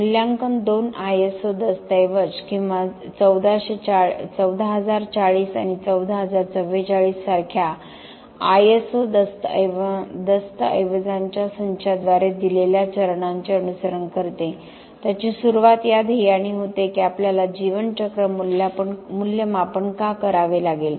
मूल्यांकन दोन आयएसओ दस्तऐवज किंवा 14040 आणि 14044 सारख्या आयएसओ दस्तऐवजांच्या संचाद्वारे दिलेल्या चरणांचे अनुसरण करते त्याची सुरुवात या ध्येयाने होते की आपल्याला जीवनचक्र मूल्यमापन का करावे लागेल